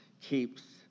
keeps